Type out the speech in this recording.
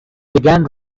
began